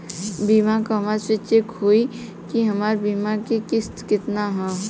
बीमा कहवा से चेक होयी की हमार बीमा के किस्त केतना ह?